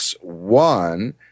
one